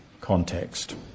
context